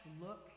look